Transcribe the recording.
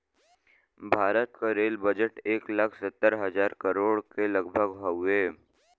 भारत क rail budget एक लाख सत्तर हज़ार करोड़ के लगभग हउवे